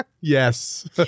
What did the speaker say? Yes